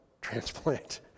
transplant